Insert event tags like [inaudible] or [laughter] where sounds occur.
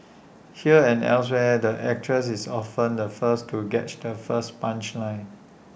here and elsewhere the actress is often the first to get [unintelligible] the first punchline